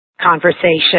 conversation